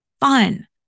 fun